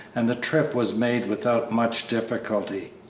and the trip was made without much difficulty,